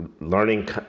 learning